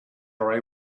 are